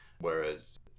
whereas